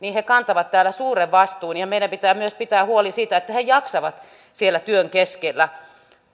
kantavat täällä suuren vastuun ja meidän pitää myös pitää huoli siitä että he jaksavat siellä työn keskellä